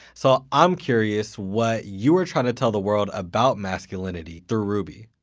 so i'm curious what you were trying to tell the world about masculinity through ruby?